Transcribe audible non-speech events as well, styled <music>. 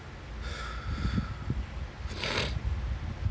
<noise>